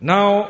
Now